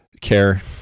CARE